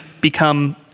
become